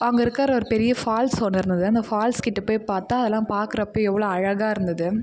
அங்கே இருக்கிற ஒரு பெரிய ஃபால்ஸ் ஓட அந்த ஃபால்ஸ் கிட்டே போய் பார்த்தா அதெல்லாம் பார்க்குறப்ப எவ்வளோ அழகாக இருந்தது